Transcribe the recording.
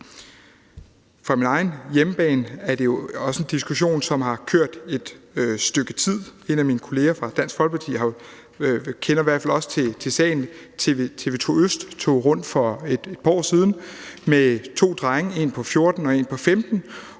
På min egen hjemmebane er det jo også en diskussion, som har kørt i et stykke tid. En af mine kolleger fra Dansk Folkeparti kender i hvert fald også til sagen. TV2 ØST tog for et par år siden rundt med to drenge, en på 14 år og en på 15